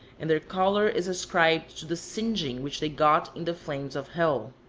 and their color is ascribed to the singeing which they got in the flames of hell.